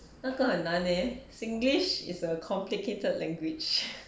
那个很难 leh singlish is a complicated language